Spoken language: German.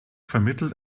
vermittelt